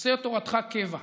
"עשה תורתך קבע,